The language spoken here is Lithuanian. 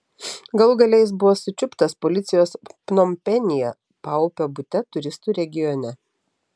galų gale jis buvo sučiuptas policijos pnompenyje paupio bute turistų regione